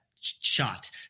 shot